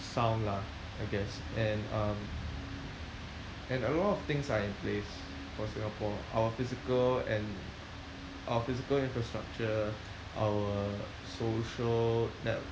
sound lah I guess and um and a lot of things are in place for Singapore our physical and our physical infrastructure our social net